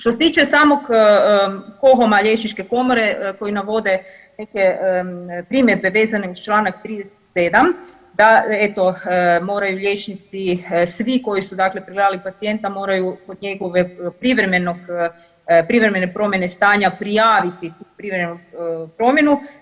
Što se tiče samog KOHOM-a, Liječničke komore koji navode neke primjedbe vezane uz čl. 37, da eto, moraju liječnici svi koji su dakle pregledali pacijenta, moraju kod njegove privremene promjene stanja prijaviti tu privremenu promjenu.